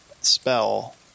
spell